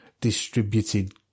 distributed